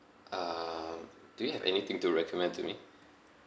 um do you have anything to recommend to me